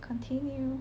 continue